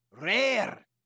Rare